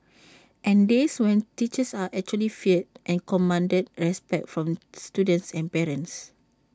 and days when teachers are actually feared and commanded respect from students and parents